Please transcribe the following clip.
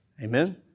Amen